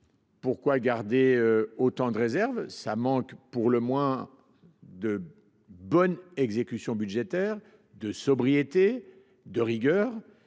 Pourquoi garder autant de réserves ? Tout cela semble pour le moins manquer de bonne exécution budgétaire, de sobriété, de rigueur.